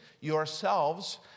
yourselves